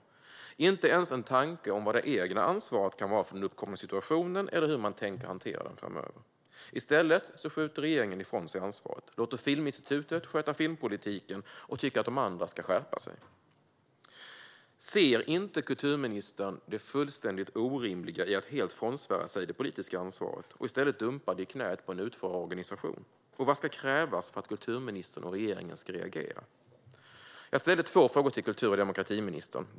Det finns inte ens en tanke om vad det egna ansvaret kan vara för den uppkomna situationen eller hur man tänker hantera den framöver. I stället skjuter regeringen ifrån sig ansvaret, låter Filminstitutet sköta filmpolitiken och tycker att de andra ska skärpa sig. Ser inte kulturministern det fullständigt orimliga i att helt frånsvära sig det politiska ansvaret och i stället dumpa det i knäet på en utförarorganisation? Vad ska krävas för att kulturministern och regeringen ska reagera? Jag ställde två frågor till kultur och demokratiministern.